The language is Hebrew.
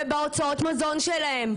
ובהוצאות המזון שלהם,